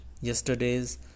Yesterday's